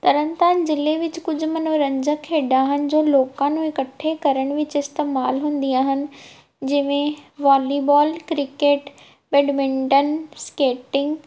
ਤਰਨਤਾਰਨ ਜਿਲ੍ਹੇ ਵਿੱਚ ਕੁਝ ਮਨੋਰੰਜਕ ਖੇਡਾਂ ਹਨ ਜੋ ਲੋਕਾਂ ਨੂੰ ਇਕੱਠੇ ਕਰਨ ਵਿੱਚ ਇਸਤੇਮਾਲ ਹੁੰਦੀਆਂ ਹਨ ਜਿਵੇਂ ਵਾਲੀਬਾਲ ਕ੍ਰਿਕਟ ਬੈਡਮਿੰਟਨ ਸਕੇਟਿੰਗ